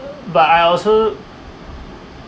but I also